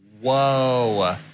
whoa